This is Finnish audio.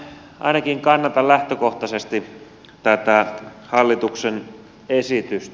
minä ainakin kannatan lähtökohtaisesti tätä hallituksen esitystä